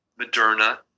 Moderna